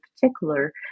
particular